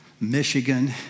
Michigan